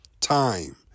Time